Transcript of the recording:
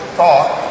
thought